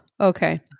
okay